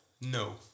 No